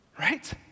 right